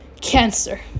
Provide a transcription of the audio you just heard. cancer